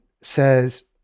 says